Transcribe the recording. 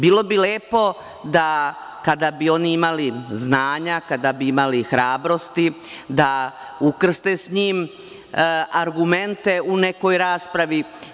Bilo bi lepo, da kada bi oni imali znanja, kada bi imali hrabrosti, da ukrste s njim argumente u nekoj raspravi.